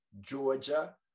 georgia